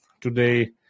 today